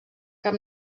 cap